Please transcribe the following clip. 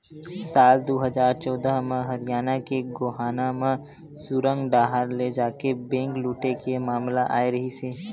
साल दू हजार चौदह म हरियाना के गोहाना म सुरंग डाहर ले जाके बेंक लूटे के मामला आए रिहिस हे